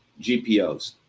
GPOs